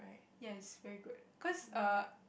yes is very good cause err